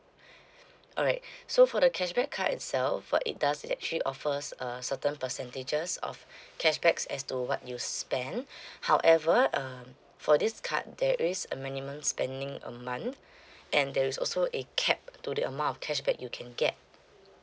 alright so for the cashback card itself what it does it actually offers a certain percentages of cashbacks as to what you spend however um for this card there is a minimum spending a month and there is also a cap to the amount of cash back you can get